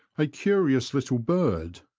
a curious little bird,